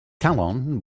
talon